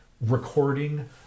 recording